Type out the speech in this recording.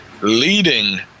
leading